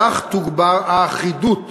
כך תוגבר האחידות